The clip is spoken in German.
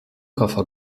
koffer